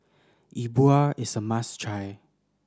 E Bua is a must try